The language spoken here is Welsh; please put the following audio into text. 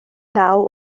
naw